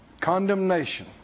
Condemnation